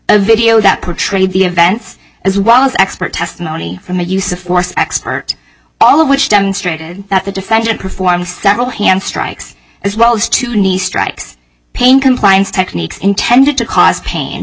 a video that portrayed the events as well as expert testimony from the use of force expert all of which demonstrated that the defendant performs several hand strikes as well as two nice strikes pain compliance techniques intended to cause pain